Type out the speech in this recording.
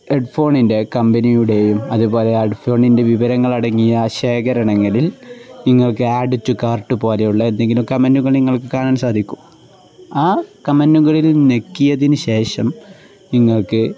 ഹെഡ്ഫോണിൻ്റെ കമ്പനിയുടെയും അതുേപോലെ ഹെഡ്ഫോണിൻ്റെ വിവരങ്ങളടങ്ങിയ ആ ശേഖരണങ്ങളിൽ നിങ്ങൾക്ക് ആഡ് ടു കാർട്ട് പോലെയുള്ള എന്തെങ്കിലും കമനുകൾ നിങ്ങൾക്ക് കാണാൻ സാധിക്കും ആ കമനുകളിൽ ഞെക്കിയതിന് ശേഷം നിങ്ങൾക്ക്